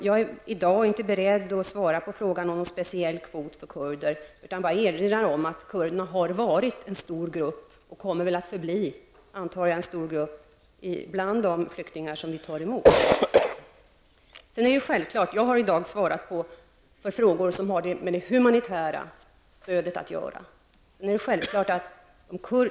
Jag är inte i dag beredd att svara på frågan om en speciell kvot för kurder utan erinrar om att kurder har varit en stor grupp och kommer att så förbli, antar jag, bland de flyktingar som vi tar emot. Jag har i dag svarat på frågor som har med det humanitära stödet att göra.